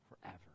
forever